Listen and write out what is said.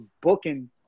booking